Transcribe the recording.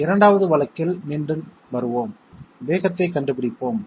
2 வது வழக்கில் மீண்டும் வருவோம் வேகத்தைக் கண்டுபிடிப்போம்